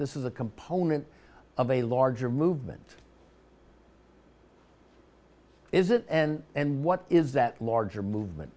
this is a component of a larger movement is it and and what is that larger movement